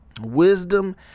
Wisdom